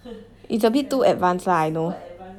it's a bit too advanced ah I know